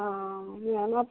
हँ मेहनत